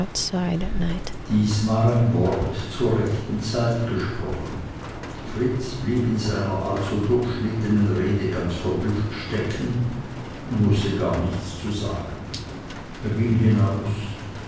dies war ein wort zur rechten zeit gesprochen fritz blieb mit seiner also durchschnittenen rede ganz verblüfft stecken und wußte gar nichts zu sagen er ging hinaus